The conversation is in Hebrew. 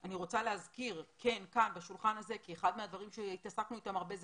אני רוצה להזכיר כאן בשולחן הזה כי אחד הדברים שעסקנו אתו הרבה הוא